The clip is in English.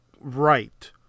Right